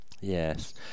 Yes